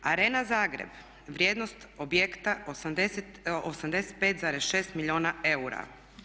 Arena Zagreb, vrijednost objekta 85,6 milijuna eura.